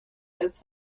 his